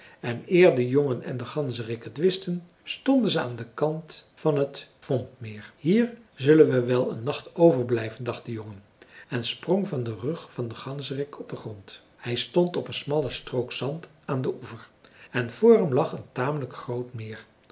en de ganzerik het wisten stonden ze aan den kant van het vombmeer hier zullen we wel den nacht overblijven dacht de jongen en sprong van den rug van den ganzerik op den grond hij stond op een smalle strook zand aan den oever en vr hem lag een tamelijk groot meer